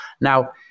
Now